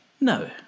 No